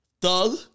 Thug